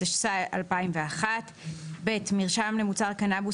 התשס"א 2001; (ב) מרשם למוצר קנבוס